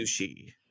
sushi